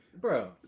Bro